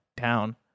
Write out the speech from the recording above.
down